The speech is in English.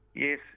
Yes